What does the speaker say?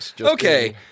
okay